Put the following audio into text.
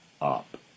up